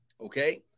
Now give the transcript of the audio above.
Okay